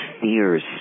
fears